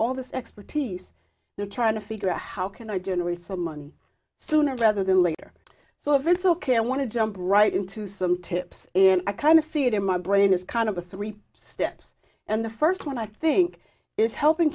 all this expertise they're trying to figure out how can i generate some money sooner rather than later so if it's ok i want to jump right into some tips and i kind of see it in my brain is kind of the three steps and the first one i think is helping